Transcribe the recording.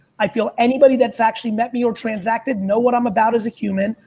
i feel anybody that's actually met me or transacted know what i'm about as a human,